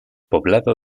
poblado